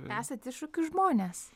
esat iššūkių žmonės